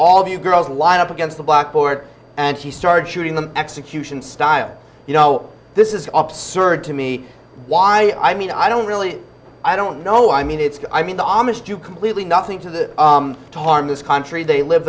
you girls lined up against the blackboard and she started shooting them execution style you know this is absurd to me why i mean i don't really i don't know i mean it's i mean the amish do completely nothing to the tarm this country they live